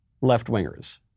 left-wingers